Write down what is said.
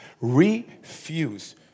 refuse